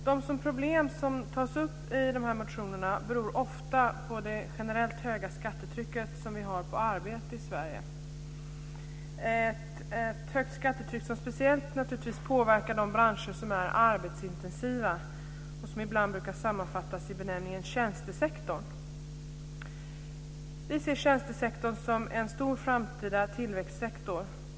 De problem som tas upp i dessa motioner beror ofta på det generellt höga skattetryck som vi har på arbete i Sverige, som speciellt naturligtvis påverkar de branscher som är arbetsintensiva och som ibland brukar sammanfattas i benämningen tjänstesektorn. Vi ser tjänstesektorn som en stor framtida tillväxtsektor.